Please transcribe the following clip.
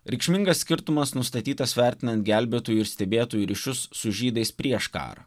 reikšmingas skirtumas nustatytas vertinant gelbėtojų ir stebėtojų ryšius su žydais prieš karą